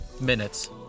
minutes